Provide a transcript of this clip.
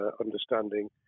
understanding